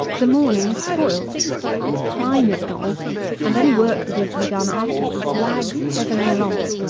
the morning is spoiled its prime is gone and any work that is to be done afterwards lags heavily along.